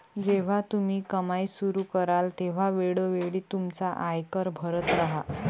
जेव्हा तुम्ही कमाई सुरू कराल तेव्हा वेळोवेळी तुमचा आयकर भरत राहा